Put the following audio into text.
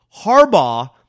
Harbaugh